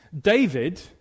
David